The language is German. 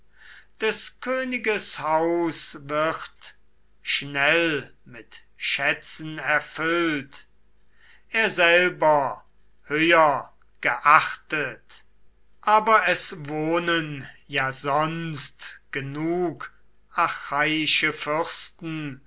des königes haus wird schnell mit schätzen erfüllt er selber höher geachtet aber es wohnen ja sonst genug achaiische fürsten